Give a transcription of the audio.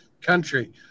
country